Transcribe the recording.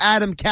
Adam